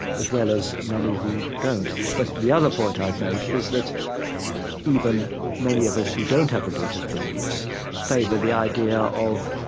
as well as many who don't. but the other point i'd make is that even many of us who don't have religious beliefs favor the idea of,